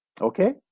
Okay